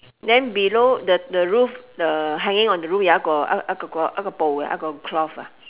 then below the the roof the hanging on the roof jau jat go ah ah go ah go ah go bou ya ah jat go cloth ah